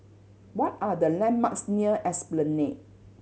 what are the landmarks near Esplanade